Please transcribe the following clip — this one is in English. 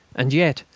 and yet,